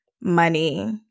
money